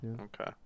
Okay